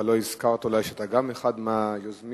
אתה לא הזכרת שאתה אחד היוזמים,